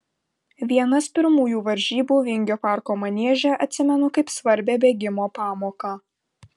vienas pirmųjų varžybų vingio parko manieže atsimenu kaip svarbią bėgimo pamoką